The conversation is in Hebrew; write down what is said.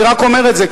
אני רק אומר את זה,